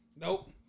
Nope